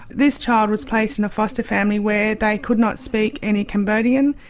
this child was placed in a foster family where they could not speak any cambodian.